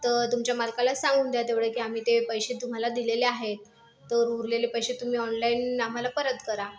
तर तुमच्या मालकाला सांगून द्या तेवढे की आम्ही ते पैसे तुम्हाला दिलेले आहेत तर उरलेले पैसे तुम्ही ऑनलाईन आम्हाला परत करा